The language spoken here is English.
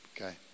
Okay